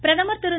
பிரதமர் திரு